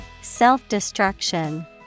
Self-destruction